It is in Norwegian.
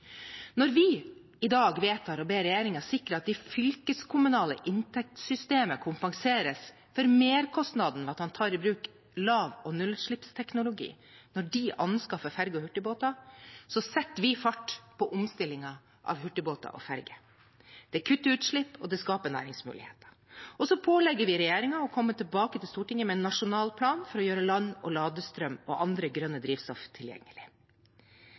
Når vi i dag vedtar å be regjeringen sikre at det fylkeskommunale inntektssystemet kompenseres for merkostnaden ved at man tar i bruk lav- og nullutslippsteknologi når de anskaffer ferger og hurtigbåter, setter vi fart på omstillingen av hurtigbåter og ferger. Det kutter utslipp, og det skaper næringsmuligheter. Vi pålegger også regjeringen å komme tilbake til Stortinget med en nasjonal plan for å gjøre land- og ladestrøm og andre grønne drivstoff tilgjengelig.